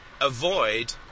avoid